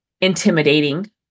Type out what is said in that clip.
intimidating